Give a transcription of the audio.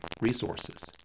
resources